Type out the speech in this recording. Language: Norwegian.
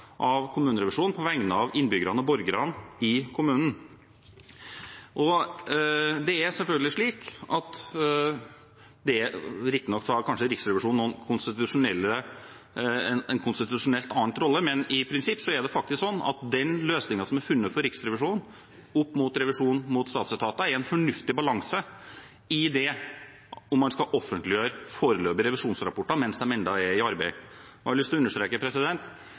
av kommunerevisjonen, på vegne av innbyggerne – borgerne – i kommunen. Riktignok har Riksrevisjonen kanskje annen rolle konstitusjonelt, men i prinsippet er den løsningen som er funnet for Riksrevisjonen, sett opp mot revisjonen av statsetater, en fornuftig balanse med hensyn til om man skal offentliggjøre foreløpige revisjonsrapporter mens de ennå er under arbeid. Jeg har lyst til å understreke: